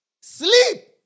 sleep